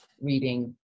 reading